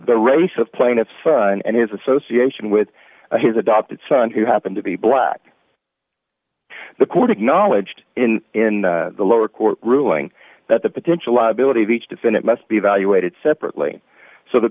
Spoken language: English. the race of plaintiff son and his association with his adopted son who happened to be black the court acknowledged in in the lower court ruling that the potential liability of each defendant must be evaluated separately so the